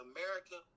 America